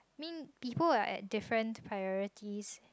mean people are at different priorities